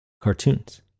cartoons